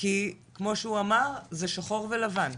כי כמו שהוא אמר - זה שחור ולבן.